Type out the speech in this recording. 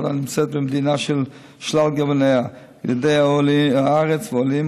הנמצאת במדינה על שלל גווניה: ילידי הארץ ועולים,